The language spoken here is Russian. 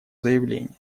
заявление